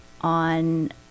on